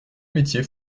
métiers